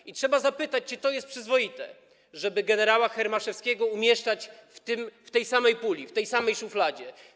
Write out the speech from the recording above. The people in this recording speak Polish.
I trzeba zapytać: Czy to jest przyzwoite, żeby gen. Hermaszewskiego umieszczać w tej samej puli, w tej samej szufladzie?